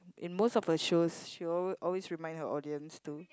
in most of her shows she alwa~ always remind her audience to